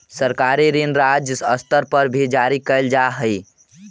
सरकारी ऋण राज्य स्तर पर भी जारी कैल जा हई